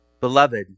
Beloved